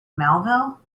melville